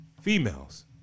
females